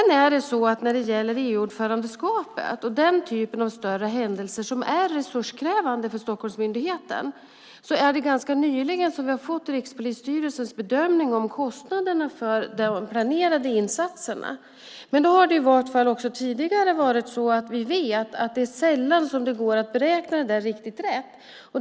När det gäller EU-ordförandeskapet och den typen av större händelser som är resurskrävande för Stockholmsmyndigheten kan jag säga att vi ganska nyligen har fått Rikspolisstyrelsens bedömning av kostnaderna för de planerade insatserna. Vi vet - i varje fall har det tidigare varit så - att det är sällan som det går att beräkna sådant här riktigt rätt.